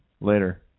later